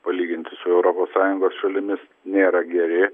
palyginti su europos sąjungos šalimis nėra geri